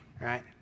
right